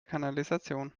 kanalisation